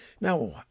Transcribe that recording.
Now